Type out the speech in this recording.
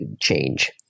change